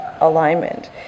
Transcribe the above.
alignment